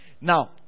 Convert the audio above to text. Now